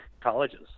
colleges